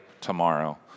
tomorrow